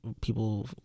people